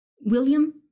William